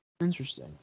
interesting